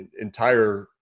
entire